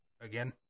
Again